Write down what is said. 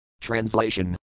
TRANSLATION